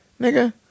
nigga